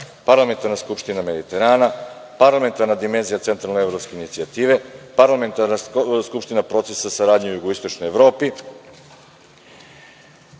Parlamentarna skupština Mediterana, Parlamentarna dimenzija Centralnoevropske inicijative, Parlamentarna skupština procesa saradnje u Jugoistočnoj Evropi.